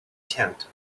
tent